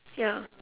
ya